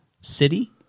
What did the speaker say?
city